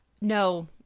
No